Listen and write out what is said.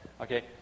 Okay